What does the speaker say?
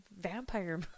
vampire